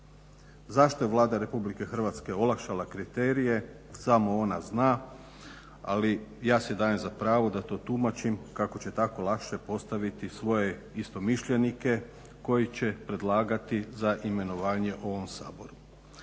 Zašto je Vlada Republike Hrvatske olakšala kriterije samo ona zna, ali ja si dajem za pravo da to tumačim kako će tako lakše postaviti svoje istomišljenike koje će predlagati za imenovanje ovom Saboru.